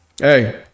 hey